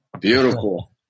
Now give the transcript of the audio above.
Beautiful